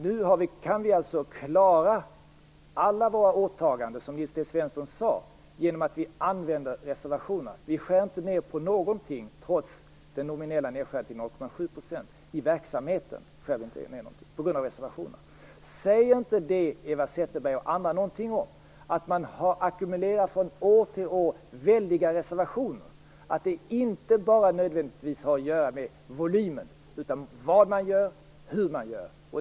Nu kan vi klara alla våra åtaganden, som Nils T Svensson sade, genom att vi använder reservationerna. Vi skär inte ned på någonting i verksamheten, trots den nominella nedskärningen till 0,7 %, på grund av reservationerna. Säger inte det Eva Zetterberg och andra någonting om att man har ackumulerat, från år till år, väldiga reservationer, och att det inte bara nödvändigtvis har att göra med volymen utan vad man gör och hur man gör det?